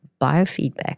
biofeedback